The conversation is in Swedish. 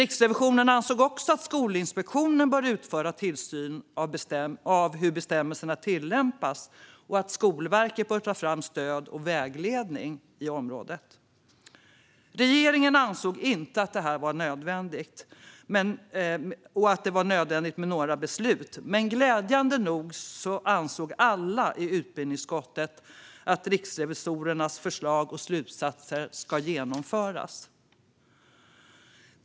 Riksrevisionen ansåg också att Skolinspektionen bör utföra tillsyn av hur bestämmelserna tillämpas och att Skolverket bör ta fram stöd och vägledning på området. Regeringen ansåg att det inte var nödvändigt med några beslut, men glädjande nog ansåg alla i utbildningsutskottet att riksrevisorernas förslag skulle genomföras.